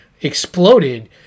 exploded